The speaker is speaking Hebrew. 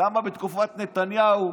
למה בתקופת נתניהו,